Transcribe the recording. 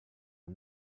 and